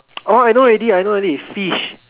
orh I know already I know already fish